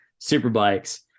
Superbikes